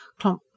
clomp